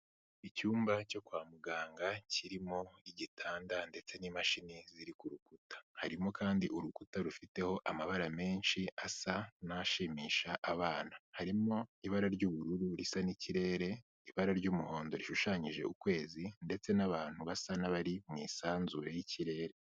Icyumba cyo kwa muganga kirimo igitanda ndetse n'imashini ziri ku rukuta. Harimo kandi urukuta rufiteho amabara menshi asa n'ashimisha abana. Harimo ibara ry'ubururu risa n'ikirere, ibara ry'umuhondo rishushanyije ukwezi ndetse n'abantu basa n'abari mu isanzure y'ikirere.